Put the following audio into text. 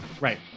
Right